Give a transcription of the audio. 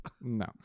No